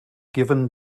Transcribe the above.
given